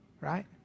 right